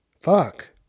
Fuck